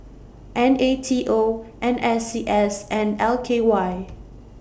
N A T O N S C S and L K Y